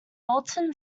bolton